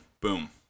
boom